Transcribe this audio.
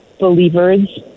believers